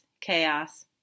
chaos